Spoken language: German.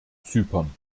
zypern